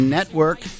Network